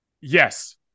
Yes